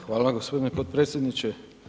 Hvala gospodine podpredsjedniče.